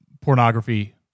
pornography